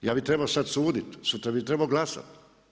Ja bih trebao sada suditi, sutra bih trebao glasati.